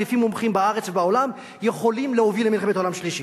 לפי מומחים בארץ ובעולם יכולות להוביל למלחמת עולם שלישית.